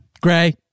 Gray